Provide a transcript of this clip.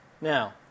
Now